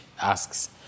asks